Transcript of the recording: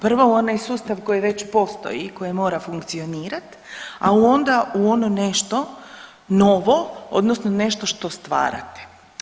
Prvo u onaj sustav koji već postoji i koji mora funkcionirati, a u onda u ono nešto novo odnosno nešto što stvarate.